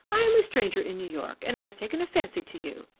i am a stranger in new york, and i have taken a fancy to you.